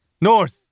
North